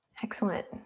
excellent.